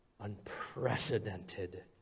unprecedented